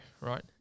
right